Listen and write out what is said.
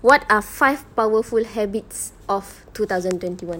what are five powerful habits of two thousand twenty one